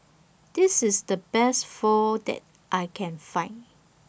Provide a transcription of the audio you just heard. This IS The Best Pho that I Can Find